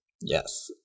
Yes